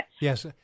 yes